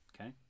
Okay